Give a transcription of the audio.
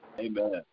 Amen